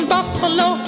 Buffalo